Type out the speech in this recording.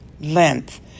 length